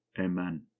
Amen